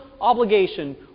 obligation